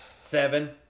Seven